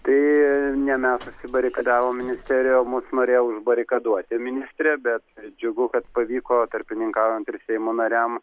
tai ne mes užsibarikadavom ministerijoj o mus norėjo užbarikaduoti ministrė bet džiugu kad pavyko tarpininkaujant ir seimo nariams